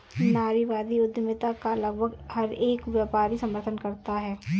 नारीवादी उद्यमिता का लगभग हर एक व्यापारी समर्थन करता है